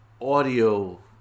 audio